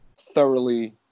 thoroughly